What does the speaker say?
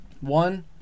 One